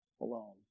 alone